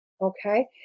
okay